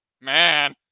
man